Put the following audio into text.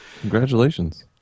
Congratulations